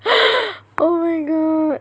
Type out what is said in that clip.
oh my god